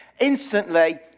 Instantly